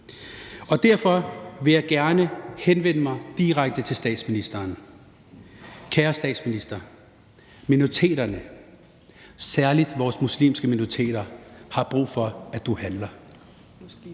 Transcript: Derfor vil jeg gerne henvende mig direkte til statsministeren. Kære statsminister: Minoriteterne, særlig vores muslimske minoriteter, har brug for, at du handler.